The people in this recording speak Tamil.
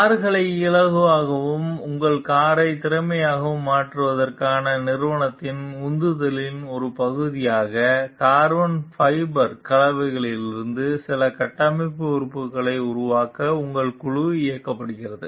கார்களை இலகுவாகவும் உங்கள் காரை திறமையாகவும் மாற்றுவதற்கான நிறுவனத்தின் உந்துதலின் ஒரு பகுதியாக கார்பன் ஃபைபர் கலவைகளிலிருந்து சில கட்டமைப்பு உறுப்பினர்களை உருவாக்க உங்கள் குழு இயக்கப்படுகிறது